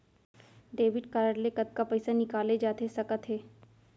Debit card ले कतका पइसा निकाले जाथे सकत हे?